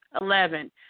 Eleven